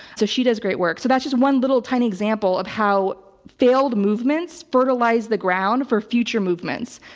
so she does great work so that's just one little tiny example of how failed movements fertilize the ground for future movements.